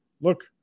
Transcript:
look